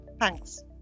Thanks